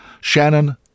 Shannon